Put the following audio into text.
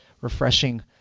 refreshing